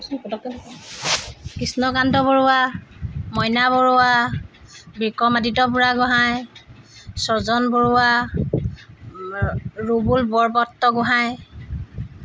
Krishnakanta Barua Moina Barua Bikramaditya Burhagohain Srajan Barua Rubul Borpatragohain